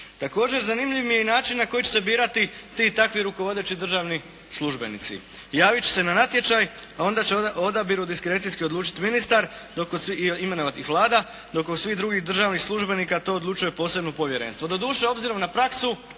Također zanimljiv mi je i način kojim će se birati ti takvi rukovodeći državni službenici. Javiti će se na natječaj a onda će o odabiru diskrecije odlučiti ministar, imenovati ih Vlada dok kod svih drugih državnih službenika to odlučuje posebno povjerenstvo. Doduše obzirom na praksu